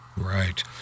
Right